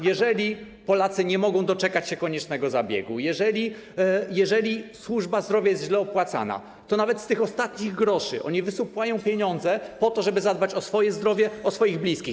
Jeżeli Polacy nie mogą doczekać się koniecznego zabiegu, jeżeli służba zdrowia jest źle opłacana, to nawet z tych ostatnich groszy oni wysupłają pieniądze, żeby zadbać o swoje zdrowie, o swoich bliskich.